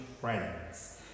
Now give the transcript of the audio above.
friends